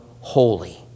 holy